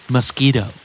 Mosquito